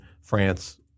France